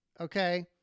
okay